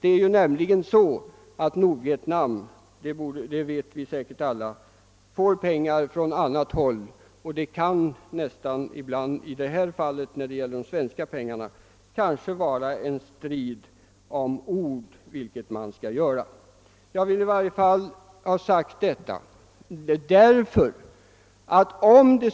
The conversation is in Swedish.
Som vi säkert alla vet får nämligen Nordvietnam pengar från annat håll, och det kanske bara är en strid om ord huruvida de svenska pengarna skall användas till det ena eller andra ändamålet.